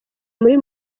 muri